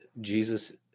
Jesus